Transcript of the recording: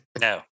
no